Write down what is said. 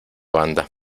banda